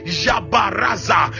jabaraza